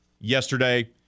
yesterday